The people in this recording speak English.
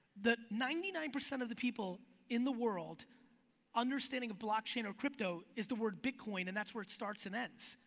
the ninety nine percent of the people in the world understanding of blockchain or crypto is the word bitcoin and that's where it starts and end.